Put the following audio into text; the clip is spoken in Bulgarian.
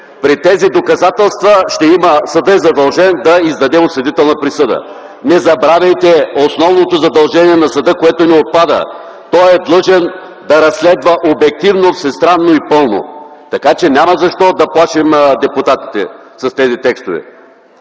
при тези доказателства съдът е задължен да издаде осъдителна присъда. Не забравяйте основното задължение на съда, което не отпада. Той е длъжен да разследва обективно, всестранно и пълно, така че няма защо да плашим депутатите с тези текстове.